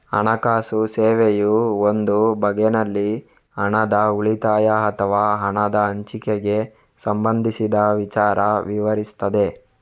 ಹಣಕಾಸು ಸೇವೆಯು ಒಂದು ಬಗೆನಲ್ಲಿ ಹಣದ ಉಳಿತಾಯ ಅಥವಾ ಹಣದ ಹಂಚಿಕೆಗೆ ಸಂಬಂಧಿಸಿದ ವಿಚಾರ ವಿವರಿಸ್ತದೆ